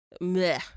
meh